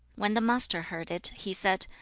when the master heard it, he said,